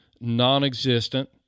non-existent